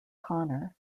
connor